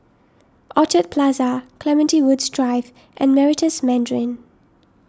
Orchard Plaza Clementi Woods Drive and Meritus Mandarin